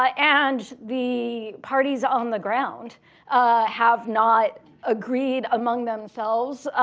ah and the parties on the ground have not agreed among themselves,